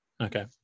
Okay